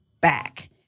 back